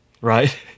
Right